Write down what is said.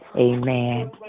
amen